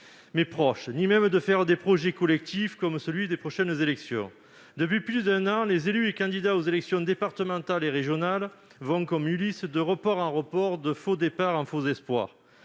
même proche, non plus que de faire des projets collectifs, comme les prochaines élections. Depuis plus d'un an, les élus et les candidats aux élections départementales et régionales vont, comme Ulysse, de report en report, de faux départ en faux espoirs.